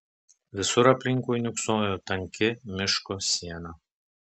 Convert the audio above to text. visur aplinkui niūksojo tanki miško siena